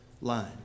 line